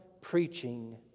preaching